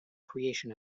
creation